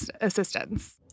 assistance